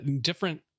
different